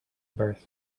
birth